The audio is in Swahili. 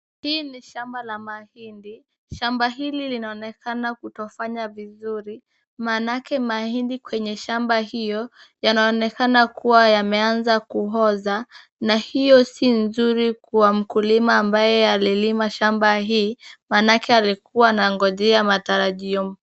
Hii ni shamba la mahindi. Shamba hili linaonekana kutofanya vizuri maanake mahindi kwenye shamba hio yanaonekana kuwa yameanza kuoza na hio si nzuri kwa mkulima ambaye alilima shamba hii maanake alikuwa anangonjea matarajio.